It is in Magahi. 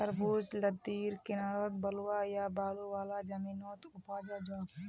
तरबूज लद्दीर किनारअ बलुवा या बालू वाला जमीनत उपजाल जाछेक